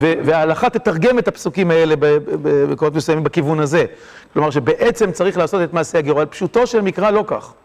וההלכה תתרגם את הפסוקים האלה במקומות מסוימים בכיוון הזה. כלומר שבעצם צריך לעשות את מעשה הגרוע פשוטו של מקרא לא כך.